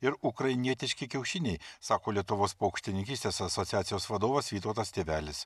ir ukrainietiški kiaušiniai sako lietuvos paukštininkystės asociacijos vadovas vytautas tėvelis